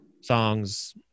songs